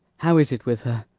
how is it with her?